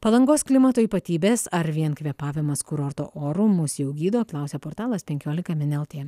palangos klimato ypatybės ar vien kvėpavimas kurorto oru mus jau gydo klausia portalas penkiolika min lt